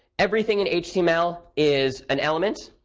everything in html is an element.